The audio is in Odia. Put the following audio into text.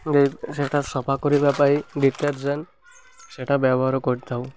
ଯେ ସେଇଟା ସଫା କରିବା ପାଇଁ ଡିଟର୍ଜେଣ୍ଟ ସେଇଟା ବ୍ୟବହାର କରିଥାଉ